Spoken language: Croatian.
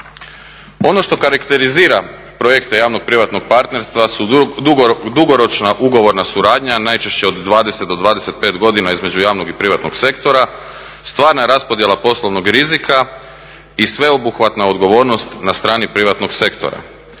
Ono što karakterizira projekte javno-privatnog partnerstva su dugoročna ugovorna suradnja, najčešće od 20 do 25 godina između javnog i privatnog sektora, stvarna raspodjela poslovnog rizika i sveobuhvatna odgovornost na strani privatnog sektora.